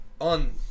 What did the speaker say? on